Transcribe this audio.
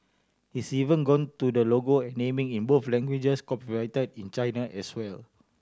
he's even got to the logo naming in both languages copyrighted in China as well